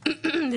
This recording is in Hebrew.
הזה.